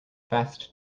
fast